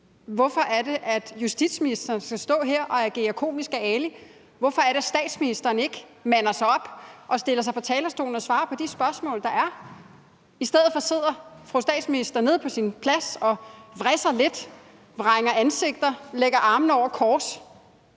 Hvorfor er det, at justitsministeren skal stå her og agere komiske Ali, hvorfor mander statsministeren sig ikke op og stiller sig på talerstolen og svarer på de spørgsmål, der er? I stedet sidder fru statsminister nede på sin plads og vrisser lidt, vrænger ansigt, lægger armene over kors